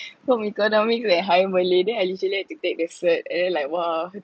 home economics eh then I literally had to take the cert and then like !wah!